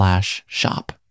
shop